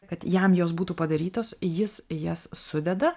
kad jam jos būtų padarytos jis jas sudeda